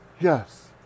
Yes